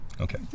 Okay